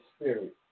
spirit